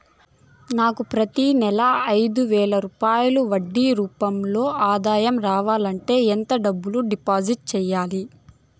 నాకు ప్రతి నెల ఐదు వేల రూపాయలు వడ్డీ రూపం లో ఆదాయం రావాలంటే ఎంత డబ్బులు డిపాజిట్లు సెయ్యాలి?